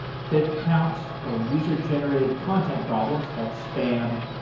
fake accounts or user generated content problems, like spam,